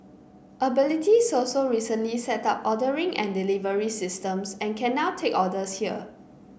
abilities also recently set up ordering and delivery systems and can now take orders here